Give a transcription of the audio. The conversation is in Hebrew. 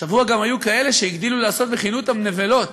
השבוע גם היו כאלה שהגדילו לעשות וכינו אותם "נבלות".